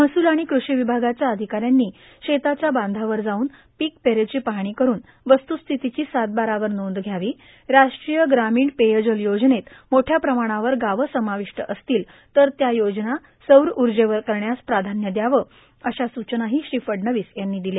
महसूल आणि कृषी विभागाच्या अधिकाऱ्यांनी शेताच्या बांधावर जाऊन पीक पेरेची पाहणी करून वस्तूस्थितीची सातबारावर नोंद घ्यावी राष्ट्रीय ग्रामीण पेयजल योजनेत मोठ्या प्रमाणावर गावं समाविष्ट असतील तर त्या योजना सौर उर्जेवर करण्यास प्राधान्य द्यावं अशा सूचनाही श्री फडणवीस यांनी दिल्या